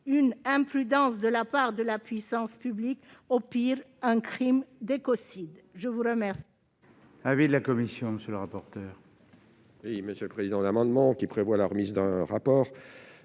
une imprudence de la part de la puissance publique et, au pire, un crime d'écocide. Quel